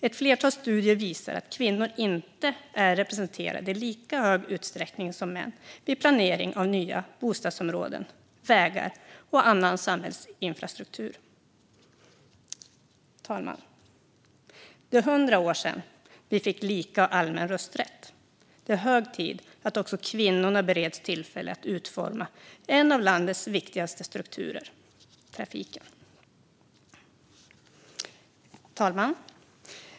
Ett flertal studier visar att kvinnor inte är representerade i lika stor utsträckning som män vid planering av nya bostadsområden, vägar och annan samhällsinfrastruktur. Det är 100 år sedan vi fick lika och allmän rösträtt. Det är hög tid att också kvinnorna bereds tillfälle att utforma en av samhällets viktigaste strukturer: trafiken. Fru talman!